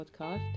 Podcast